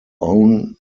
own